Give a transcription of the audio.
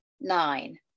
Nine